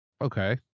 Okay